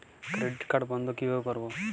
Credit card বন্ধ কিভাবে করবো?